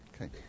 Okay